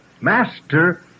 master